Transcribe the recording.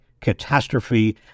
catastrophe